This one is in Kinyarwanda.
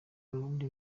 abarundi